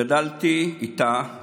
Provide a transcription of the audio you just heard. גדלתי איתה,